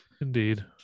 Indeed